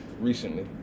recently